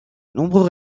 nombreux